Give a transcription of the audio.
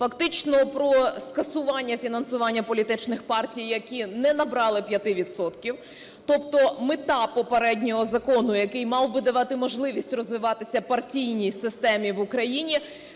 фактично про скасування фінансування політичних партій, які не набрали 5 відсотків. Тобто мета попереднього закону, який мав би давати можливість розвиватися партійній системі в Україні,